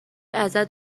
ازت